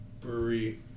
brewery